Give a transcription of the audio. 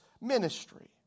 ministry